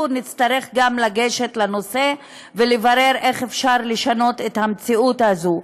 נצטרך גם לגשת לנושא ולברר איך אפשר לשנות את המציאות הזאת.